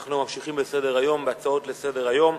אנחנו ממשיכים בהצעות לסדר-היום.